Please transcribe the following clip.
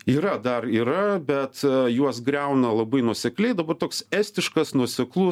yra dar yra bet juos griauna labai nuosekliai dabar toks estiškas nuoseklus